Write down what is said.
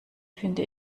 finde